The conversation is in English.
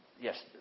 Yes